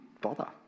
bother